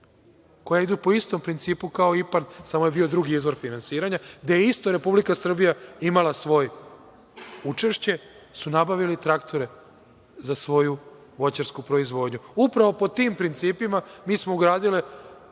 koja idu po sitom principu kao IPARD samo je bio drugi izvor finansiranja, gde je isto Republika Srbija imala svoje učešće, su nabavili traktore za svoju voćarsku proizvodnju. Upravo po tim principima mi smo ugradili